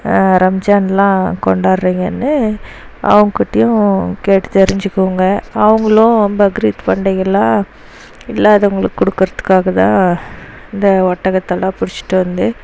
ரம்ஜான்லாம் கொண்டாடுகிறீங்கன்னு அவங்ககிட்டையும் கேட்டு தெரிஞ்சுக்குவோங்க அவங்களும் பக்ரீத் பண்டிகைலாம் இல்லாதவங்களுக்கு கொடுக்கறதுக்காக தான் இந்த ஒட்டகத்தெல்லாம் புடிச்சுட்டு வந்து